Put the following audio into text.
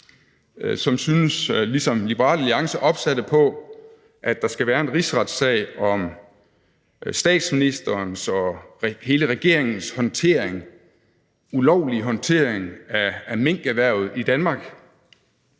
der ligesom Liberal Alliance synes opsatte på, at der skal være en rigsretssag om statsministerens og hele regeringens ulovlige håndtering af minkerhvervet i Danmark,